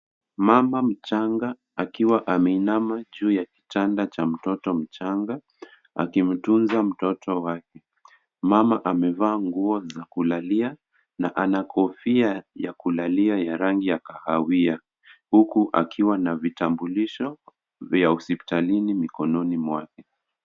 Mama mchanga akiwa ameinama juu ya kitanda cha mtoto mchanga, akimtunza mtoto wake. Mama amevaa nguo za kulalia, na ana kofia ya kulalia ya rangi ya kahawia. Huku akiwa na vitambulisho vya hospitalini mikononi mwake.